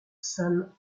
san